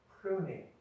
pruning